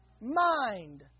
Mind